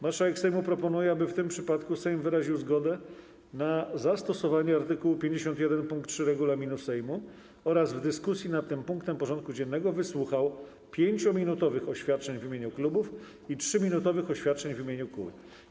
Marszałek Sejmu proponuje, aby w tym przypadku Sejm wyraził zgodę na zastosowanie art. 51 pkt 3 regulaminu Sejmu oraz w dyskusji nad tym punktem porządku dziennego wysłuchał 5-minutowych oświadczeń w imieniu klubów i 3-minutowych oświadczeń w imieniu kół.